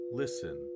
listen